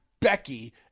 Becky